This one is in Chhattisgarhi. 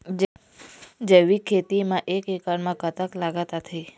जैविक खेती म एक एकड़ म कतक लागत आथे?